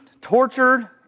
tortured